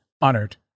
Honored